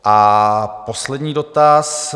A poslední dotaz.